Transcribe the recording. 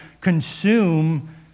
consume